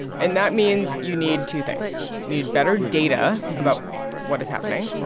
and that means you need two things you need better data about what is happening,